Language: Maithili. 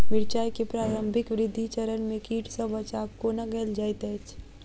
मिर्चाय केँ प्रारंभिक वृद्धि चरण मे कीट सँ बचाब कोना कैल जाइत अछि?